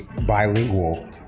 bilingual